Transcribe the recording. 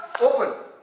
open